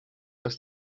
dass